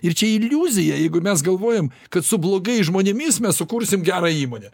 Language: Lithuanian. ir čia iliuzija jeigu mes galvojam kad su blogais žmonėmis mes sukursim gerą įmonę